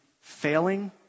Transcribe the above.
failing